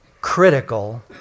critical